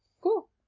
Cool